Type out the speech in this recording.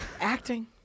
Acting